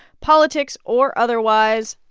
politics or otherwise.